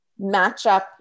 matchup